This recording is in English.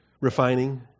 Refining